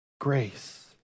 grace